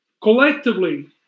Collectively